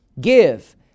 Give